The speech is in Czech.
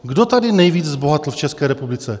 Kdo tady nejvíc zbohatl v České republice?